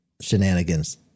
shenanigans